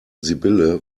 sibylle